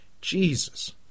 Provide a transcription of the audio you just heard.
Jesus